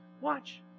Watch